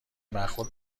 برخورد